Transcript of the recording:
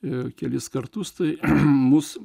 ir kelis kartus tai mus